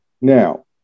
Now